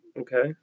Okay